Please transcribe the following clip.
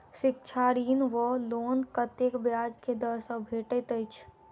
शिक्षा ऋण वा लोन कतेक ब्याज केँ दर सँ भेटैत अछि?